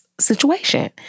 situation